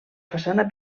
façana